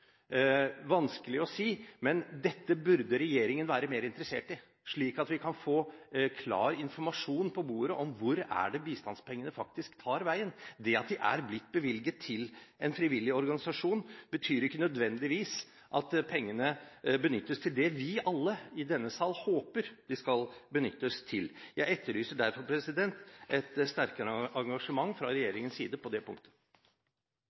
vanskelig å si, men dette burde regjeringen være mer interessert i, slik at vi kan få klar informasjon på bordet om hvor bistandspengene faktisk tar veien. Det at de er blitt bevilget til en frivillig organisasjon, betyr ikke nødvendigvis at pengene bevilges til det vi alle i denne sal håper de skal benyttes til. Jeg etterlyser derfor et sterkere engasjement fra regjeringens side på det punktet.